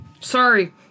Sorry